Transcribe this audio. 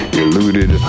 eluded